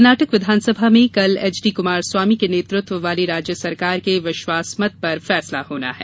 कर्नाटक विधानसभा में कल एच डी कुमारस्वामी के नेतृत्व वाली राज्य सरकार के विश्वासमत पर फैसला होना है